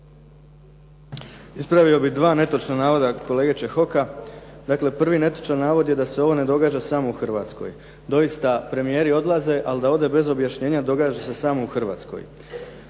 Ispravio bih dva netočna navoda kolege Čehoka. Dakle, prvi netočan navod je da se ovo ne događa samo u Hrvatskoj. Doista premijeri odlaze ali da ode bez objašnjenja događa se samo u Hrvatskoj.